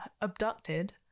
abducted